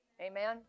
Amen